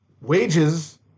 wages